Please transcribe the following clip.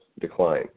decline